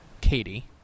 Katie